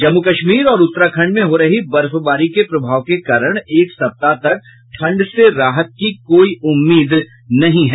जम्मू कश्मीर और उत्तराखंड में हो रही बर्फबारी के प्रभाव के कारण एक सप्ताह तक ठंड से राहत की कोई उम्मीद नहीं है